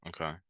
Okay